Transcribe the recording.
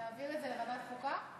להעביר את זה לוועדת חוקה?